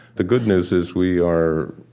the good news is we are,